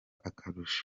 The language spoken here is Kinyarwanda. akarusho